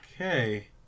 Okay